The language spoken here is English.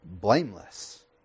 blameless